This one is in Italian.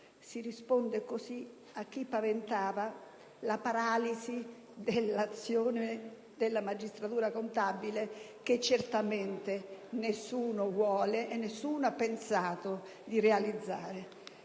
Si risponde così a chi paventava la paralisi dell'azione della magistratura contabile, che certamente nessuno vuole e nessuno ha pensato di realizzare.